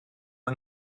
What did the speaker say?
yng